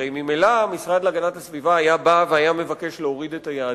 הרי ממילא המשרד להגנת הסביבה היה בא ומבקש להוריד את היעדים.